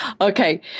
Okay